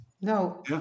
no